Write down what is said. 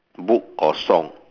book or song